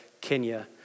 Kenya